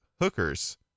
hookers